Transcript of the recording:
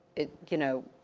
it, you know,